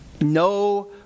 No